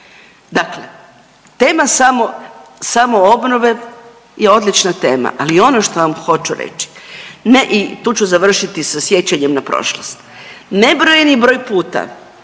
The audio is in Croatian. Dakle, tema samoobnove je odlična tema, ali ono što vam hoću reći, ne i, tu ću završiti sa sjećanjem na prošlost, nebrojeni broj puta